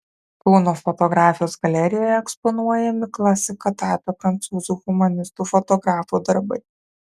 kauno fotografijos galerijoje eksponuojami klasika tapę prancūzų humanistų fotografų darbai